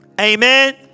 amen